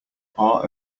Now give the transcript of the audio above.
our